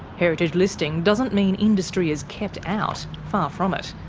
heritage listing doesn't mean industry is kept out, far from it.